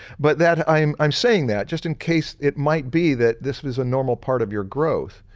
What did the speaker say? but that i'm i'm saying that just in case it might be that this is a normal part of your growth.